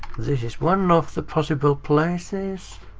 this is one of the possible places.